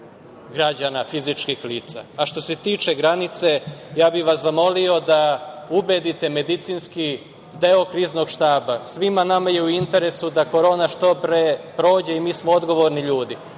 građana, fizičkih lica. Što se tiče granice, ja bih vas zamolio da ubedite medicinski deo kriznog štaba, svima nama je u interesu da Korona što pre prođe i mi smo odgovorni ljudi,